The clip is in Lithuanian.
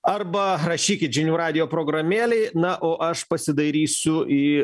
arba rašykit žinių radijo programėlėj na o aš pasidairysiu į